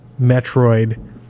metroid